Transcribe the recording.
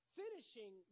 finishing